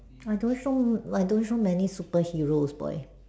I don't show I don't show many superheroes boy